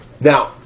Now